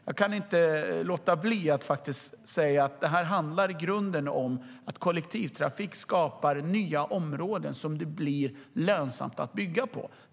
Jag kan inte låta bli att säga att det i grunden handlar om att kollektivtrafik skapar nya områden som det blir lönsamt att bygga på.